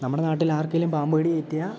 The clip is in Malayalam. നമ്മുടെ നാട്ടിലാർക്കേലും പാമ്പു കടി കിട്ടിയാൽ